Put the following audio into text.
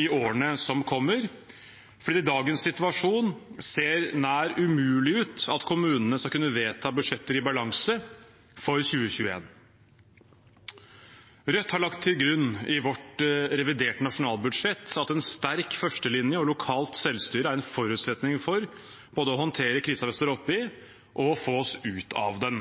i årene som kommer, fordi det i dagens situasjon ser nær umulig ut at kommunene skal kunne vedta budsjetter i balanse for 2021. Rødt har lagt til grunn i sitt reviderte nasjonalbudsjett at en sterk førstelinje og lokalt selvstyre er en forutsetning for både å håndtere krisen vi står oppe i, og å få oss ut av den.